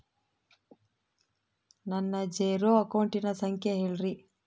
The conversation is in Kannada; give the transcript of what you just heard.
ನನ್ನ ಜೇರೊ ಅಕೌಂಟಿನ ಸಂಖ್ಯೆ ಹೇಳ್ರಿ?